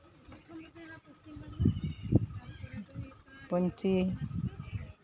ᱯᱟᱹᱧᱪᱤ